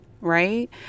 right